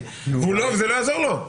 וזה לא יעזור לו.